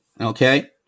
Okay